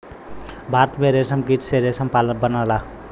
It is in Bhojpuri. भारत में रेशमकीट से रेशम बनला